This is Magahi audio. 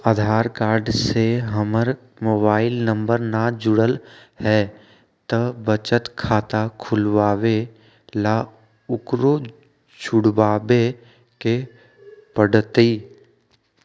आधार कार्ड से हमर मोबाइल नंबर न जुरल है त बचत खाता खुलवा ला उकरो जुड़बे के पड़तई?